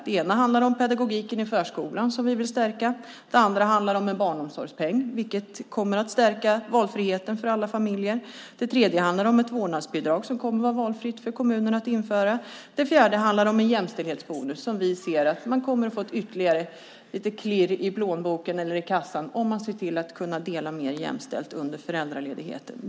Den första handlar om pedagogiken i förskolan som vi vill stärka. Den andra handlar om en barnomsorgspeng, vilket kommer att stärka valfriheten för alla familjer. Den tredje handlar om ett vårdnadsbidrag som kommer att vara valfritt för kommunerna att införa. Den fjärde handlar om en jämställdhetsbonus som gör att man kommer att få ytterligare lite klirr i kassan om man delar mer jämställt på föräldraledigheten.